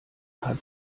hat